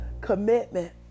commitment